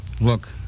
Look